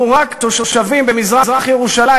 לו רק תושבים במזרח-ירושלים,